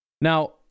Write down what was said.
Now